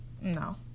no